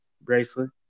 bracelet